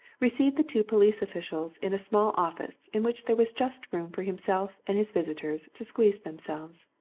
received the two police officials in a small office in which there was just room for himself and his visitors to squeeze themselves.